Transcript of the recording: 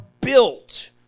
built